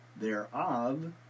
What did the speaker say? thereof